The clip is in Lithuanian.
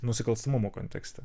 nusikalstamumo kontekste